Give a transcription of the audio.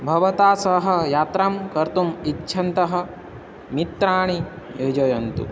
भवता सह यात्रां कर्तुम् इच्छन्तः मित्राणि योजयन्तु